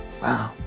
wow